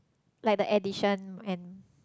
like the addition and